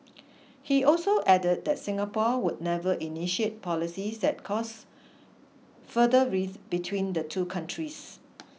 he also added that Singapore would never initiate policies that cause further rift between the two countries